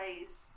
ways